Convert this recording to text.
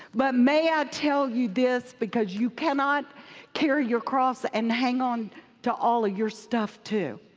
but may i tell you this? because you cannot carry your cross and hang on to all your stuff too.